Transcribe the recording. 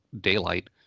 daylight